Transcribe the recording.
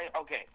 Okay